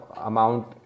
amount